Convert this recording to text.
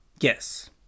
yes